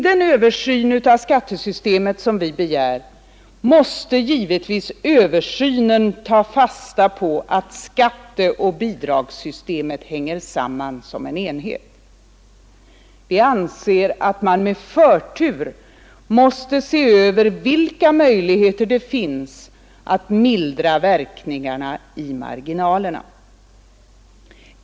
Den översyn av skattesystemet som vi begär måste givetvis ta fasta på att skatteoch bidragssystemet hänger samman som en enhet. Vi anser att man med förtur måste se över vilka möjligheter det finns att mildra verkningarna i marginalerna.